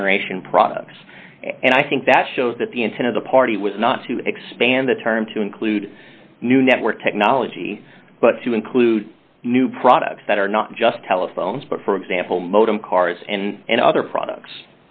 generation products and i think that shows that the intent of the party was not to expand the term to include new network technology but to include new products that are not just telephones but for example modem cards and other products